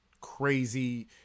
crazy